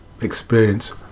experience